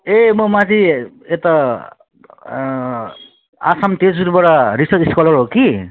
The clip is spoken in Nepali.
ए म माथि यता आसाम तेजपुरबाट रिसर्च स्कोलर हो कि